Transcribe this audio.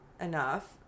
enough